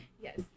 yes